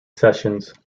sessions